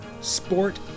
sport